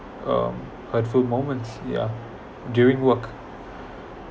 um hurtful moments ya during work